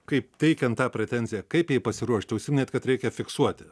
kaip teikiant tą pretenziją kaip jai pasiruošti užsiminėt kad reikia fiksuoti